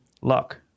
Luck